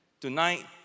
Tonight